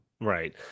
Right